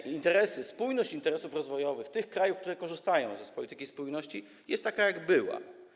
I interesy, spójność interesów rozwojowych tych krajów, które korzystają z polityki spójności, jest taka, jaka była.